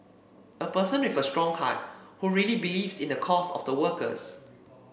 a person with a strong heart who really believe in the cause of the workers